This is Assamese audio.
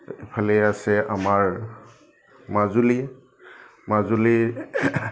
এইফালে আছে আমাৰ মাজুলী মাজুলীৰ